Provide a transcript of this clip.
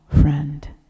friend